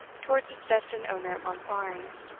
towards its destined owner at monkbarns,